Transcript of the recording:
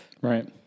Right